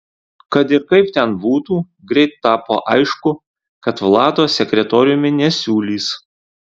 kad ir kaip ten būtų greit tapo aišku kad vlado sekretoriumi nesiūlys